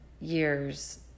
years